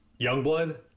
Youngblood